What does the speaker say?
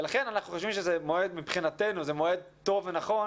לכן אנחנו חושבים שמבחינתנו זה מועד טוב ונכון